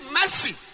mercy